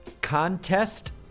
contest